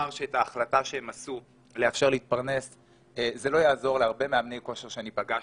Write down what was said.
ההחלטה שהם עשו לאפשר להתפרנס לא תעזור להרבה מאמני כושר שפגשתי.